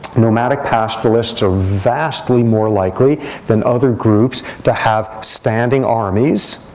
nomadic pastoralists are vastly more likely than other groups to have standing armies,